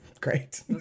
great